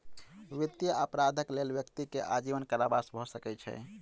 वित्तीय अपराधक लेल व्यक्ति के आजीवन कारावास भ सकै छै